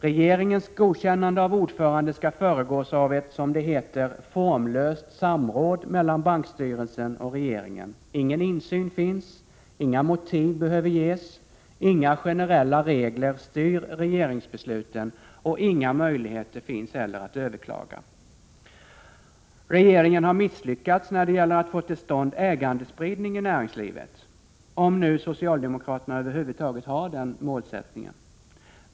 Regeringens godkännande av ordförande skall föregås av ett, som det heter, ”formlöst samråd” mellan bankstyrelsen och regeringen. Ingen insyn finns. Inga motiv behöver ges. Inga generella regler styr regeringsbesluten, och inga möjligheter finns att överklaga. Regeringen har misslyckats när det gäller att få till stånd ägarspridning i näringslivet — om nu socialdemokraterna över huvud taget har den målsättningen.